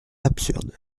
absurde